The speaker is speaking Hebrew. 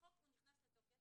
החוק נכנס לתוקף